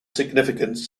significance